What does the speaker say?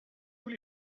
tous